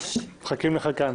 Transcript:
מחכים לך כאן.